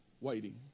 Waiting